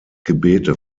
gebete